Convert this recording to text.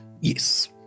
Yes